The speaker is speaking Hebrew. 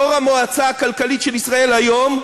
יושב-ראש המועצה הלאומית לכלכלה של ישראל היום,